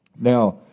Now